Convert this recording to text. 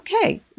okay